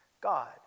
God